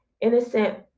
innocent